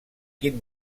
quin